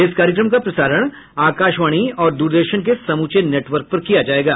इस कार्यक्रम का प्रसारण आकाशवाणी और द्रदर्शन के समूचे नेटवर्क पर किया जायेगा